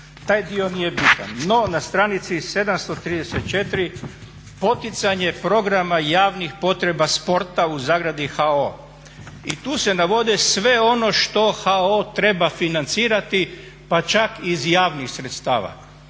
Taj dio nije bitan. No, na stranici 734. poticanje programa javnih potreba sporta u zagradi HOO i tu se navodi sve ono što HOO treba financirati pa čak i iz javnih sredstava.